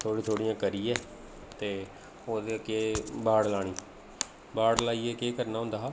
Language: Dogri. ओह् थोह्ड़ी थोह्ड़ियां करियै ते ओह्दे उप्पर केह् बाड़ लाना बाड़ लाइयै केह् करना होंदा हा